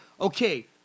okay